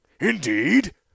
Indeed